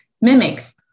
mimic